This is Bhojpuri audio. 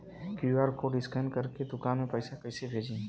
क्यू.आर कोड स्कैन करके दुकान में पैसा कइसे भेजी?